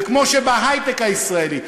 וכמו שבהיי-טק הישראלי,